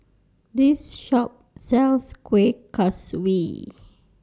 This Shop sells Kueh Kaswi